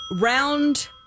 Round